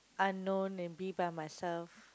unknown and be by myself